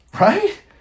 Right